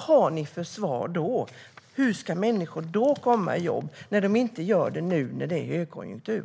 har ni för svar om det blir lågkonjunktur? Hur ska människor då komma i jobb när de inte gör det nu när det är högkonjunktur?